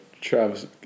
Travis